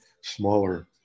smaller